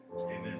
amen